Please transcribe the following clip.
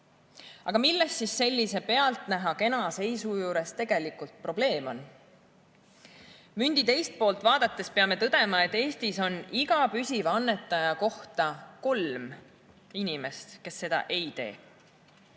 Milles siis sellise pealtnäha kena seisu juures tegelikult probleem seisneb? Mündi teist poolt vaadates peame tõdema, et Eestis on iga püsiva annetaja kohta kolm inimest, kes seda ei tee.